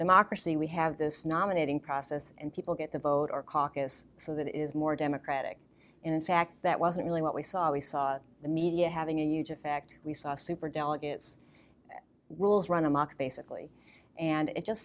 democracy we have this nominating process and people get the vote or caucus so that it is more democratic in fact that wasn't really what we saw we saw the media having a huge effect we saw superdelegates rules run amok basically and it just